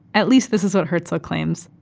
at least this is what herzel claims,